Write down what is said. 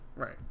right